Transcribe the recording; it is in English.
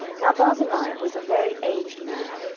now barzillai was a very aged man,